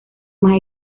más